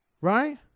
Right